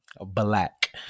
black